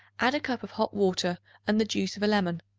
add a cup of hot water and the juice of a lemon.